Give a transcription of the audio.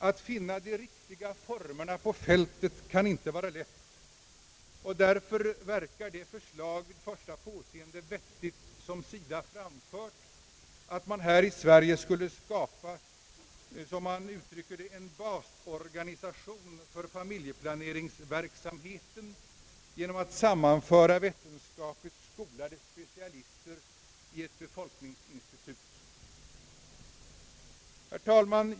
Att finna de riktiga formerna på fältet kan inte vara lätt, och därför verkar det förslag vid första påseendet vettigt som SIDA framfört, att man skulle här i Sverige skapa, som man uttrycker det, en basorganisation för familjeplaneringsverksamheten genom att sammanföra vetenskapligt skolade specialister i ett befolkningsinstitut. Herr talman!